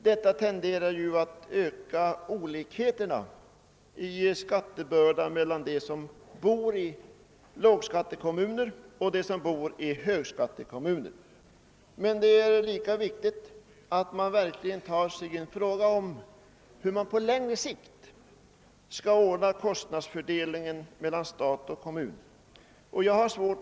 Detta tenderar att öka olikheterna i skattebördan mellan de människor som bor i lågskattekommuner och de som bor i högskattekommuner. Men lika viktigt är att ta sig an frågan om hur kostnadsfördelningen mellan stat och kommun skall ordnas på längre sikt.